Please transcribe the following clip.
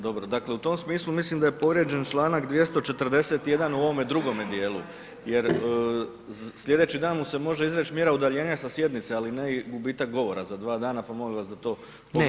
Dobro, dakle u tom smislu mislim da je povrijeđen Članak 241. u ovome drugome dijelu, jer slijedeći dan mu se može izreći mjera udaljenja sa sjednice, ali ne i gubitak govora za dva dana pa molim vas da to pogledate.